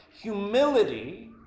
humility